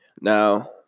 Now